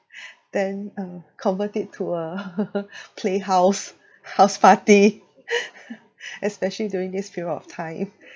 then uh convert it to a playhouse house party especially during this period of time